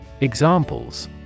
Examples